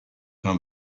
pins